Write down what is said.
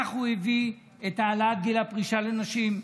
כך הוא הביא את העלאת גיל הפרישה לנשים,